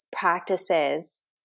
practices